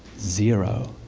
zero.